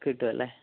കിട്ടും അല്ലേ